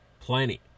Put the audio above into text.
plenty